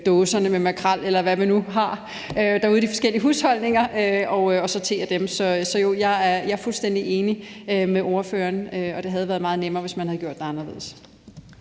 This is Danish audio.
dåserne med makrel, eller hvad vi nu har derude i de forskellige husholdninger, og sortere dem. Så jo, jeg er fuldstændig enig med ordføreren, og det havde været meget nemmere, hvis man havde gjort det anderledes.